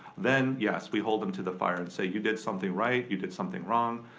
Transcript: then, yes, we hold em to the fire and say you did something right, you did something wrong,